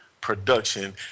production